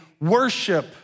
worship